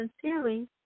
sincerely